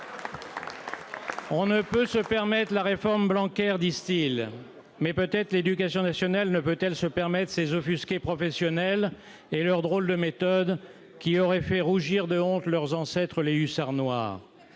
On ne peut se permettre la réforme Blanquer », disent-ils. Mais peut-être l'éducation nationale ne peut-elle se permettre ces offusqués professionnels et leurs drôles de méthodes, qui auraient fait rougir de honte leurs ancêtres les hussards noirs.